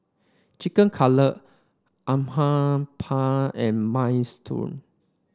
Chicken Cutlet Uthapam and Minestrone